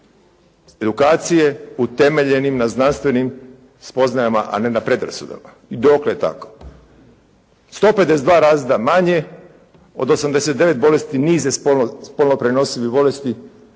Edukacije utemeljene na znanstvenim spoznajama a ne na predrasudama. I dokle tako? 152 razreda manje. Od 89 bolesti niz je spolno prenosivih bolesti.